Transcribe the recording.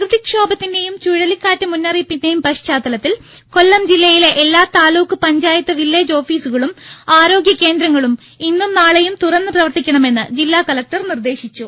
പ്രകൃതി ക്ഷോഭത്തിന്റേയും ചുഴലിക്കാറ്റ് മുന്നറിയിപ്പിന്റേയും പശ്ചാത്തലത്തിൽ കൊല്ലം ജില്ലയിലെ എല്ലാ താലൂക്ക് പഞ്ചായത്ത് വില്ലേജ് ഓഫീസുകളും ആരോഗ്യ കേന്ദ്രങ്ങളും ഇന്നും നാളെയും തുറന്ന് പ്രവർത്തിക്കണമെന്ന് ജില്ലാ കലക്ടർ നിർദേശിച്ചു